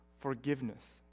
forgiveness